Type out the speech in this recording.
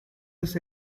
his